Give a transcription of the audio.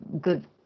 good